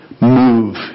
move